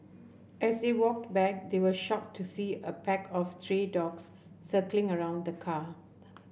as they walked back they were shocked to see a pack of stray dogs circling around the car